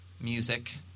music